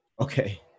Okay